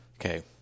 Okay